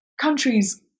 countries